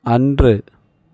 அன்று